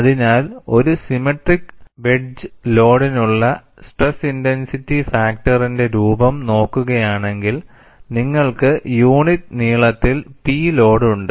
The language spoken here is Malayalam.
അതിനാൽ ഒരു സിമെട്രിക്ക് വെഡ്ജ് ലോഡിനുള്ള സ്ട്രെസ് ഇൻടെൻസിറ്റി ഫാക്ടറിന്റെ രൂപം നോക്കുകയാണെങ്കിൽ നിങ്ങൾക്ക് യൂണിറ്റ് നീളത്തിൽ P ലോഡ് ഉണ്ട്